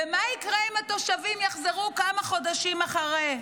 ומה יקרה אם התושבים יחזרו כמה חודשים אחרי.